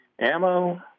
ammo